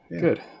good